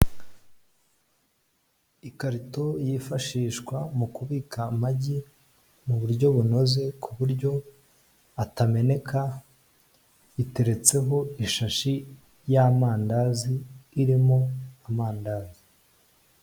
Ikarito yifashishwa mu kubika amagi mu buryo bunoze ku buryo atameneka iteretseho ishashi y'amandazi irimo amandazi.